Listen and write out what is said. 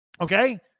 Okay